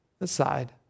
aside